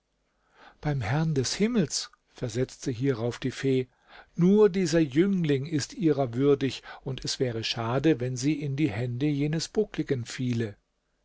beim herrn des himmels versetzte hierauf die fee nur dieser jüngling ist ihrer würdig und es wäre schade wenn sie in die hände jenes buckligen fiele